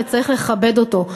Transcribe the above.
וצריך לכבד אותו.